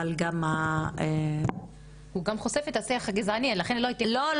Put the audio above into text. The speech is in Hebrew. גם --- הוא גם חושף את השיח הגזעני --- לא,